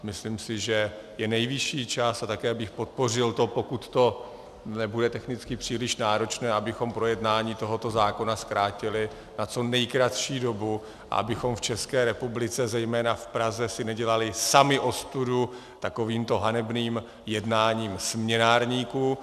Myslím si, že je nejvyšší čas, a také bych podpořil to, pokud to nebude technicky příliš náročné, abychom projednání tohoto zákona zkrátili na co nejkratší dobu a abychom v ČR, zejména v Praze, si nedělali sami ostudu takovýmto hanebným jednáním směnárníků.